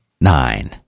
nine